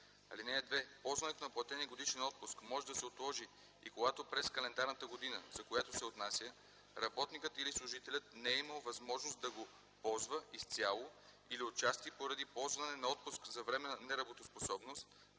дни. (2) Ползването на платения годишен отпуск може да се отложи и когато през календарната година, за която се отнася, работникът или служителят не е имал възможност да го ползва изцяло или отчасти поради ползване на отпуск за временна неработоспособност,